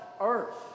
earth